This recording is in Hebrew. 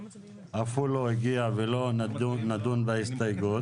אף הוא לא הגיע ולא נדון בהסתייגות.